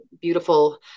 beautiful